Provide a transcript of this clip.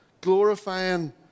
Glorifying